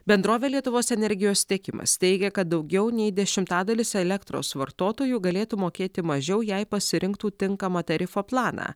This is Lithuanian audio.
bendrovė lietuvos energijos tiekimas teigia kad daugiau nei dešimtadalis elektros vartotojų galėtų mokėti mažiau jei pasirinktų tinkamą tarifo planą